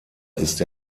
ist